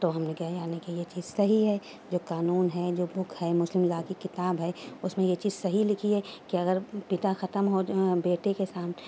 تو ہم نے کیا یعنی کہ یہ چیز صحیح ہے جو قانون ہے جو بک ہے مسلم لا کی کتاب ہے اس میں یہ چیز صحیح لکھی ہے کہ اگر پتا ختم بیٹے کے سامنے